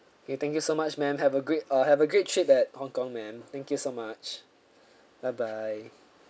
okay thank you so much ma'am have a great uh have a great trip at Hong-Kong ma'am thank you so much bye bye